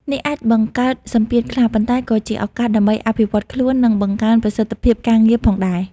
នេះអាចបង្កើតសម្ពាធខ្លះ ប៉ុន្តែក៏ជាឱកាសដើម្បីអភិវឌ្ឍខ្លួន និងបង្កើនប្រសិទ្ធភាពការងារផងដែរ។